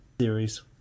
series